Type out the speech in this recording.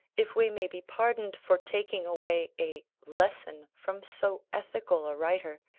if we may be pardoned for taking away a lesson from so ethical a writer,